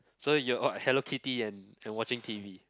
so you're what Hello Kitty and and watching T_V